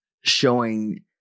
showing